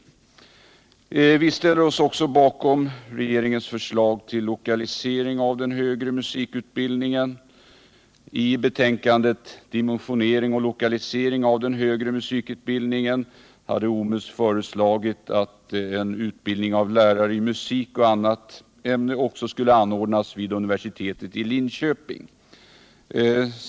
Vi ställer oss också bakom regeringens förslag till lokalisering av den högre musikutbildningen. I betänkandet Dimensionering och lokalisering av den högre musikutbildningen har OMUS föreslagit att utbildningen av lärare i musik och även annat ämne skulle anordnas vid universitetet i Linköping.